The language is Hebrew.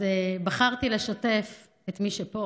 בחרתי לשתף את מי שנמצא פה